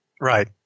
Right